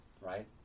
right